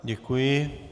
Děkuji.